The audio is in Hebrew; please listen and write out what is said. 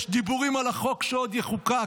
יש דיבורים על החוק שעוד יחוקק,